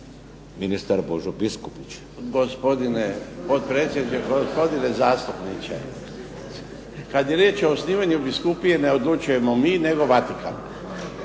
Božo (HDZ)** Gospodine potpredsjedniče. Gospodine zastupniče, kad je riječ o osnivanju biskupije ne odlučujem mi nego Vatikan.